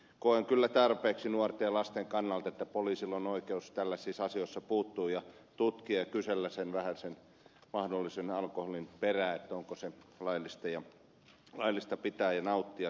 koen kyllä tarpeelliseksi nuorten ja lasten kannalta että poliisilla on oikeus tällaisissa asioissa puuttua ja tutkia ja kysellä sen vähäisen mahdollisen alkoholin perään onko se laillista pitää ja nauttia